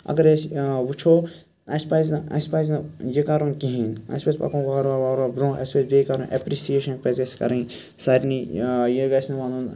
اَگر أسۍ وٕچھو اَسہِ پَزِ نہٕ اَسہِ پَزِ نہٕ یہِ کَرُن کِہیٖنۍ اَسہِ پَزِ پَکُن وار وارٕ وارٕ برونٛہہ اَسہِ پَزِ بیٚیہِ کَرُن ایپرسِیشَن پَزِ اَسہِ کَرٕنۍ سارنٕے یہِ گژھِ نہٕ وَنُن